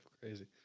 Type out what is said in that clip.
crazy